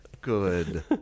Good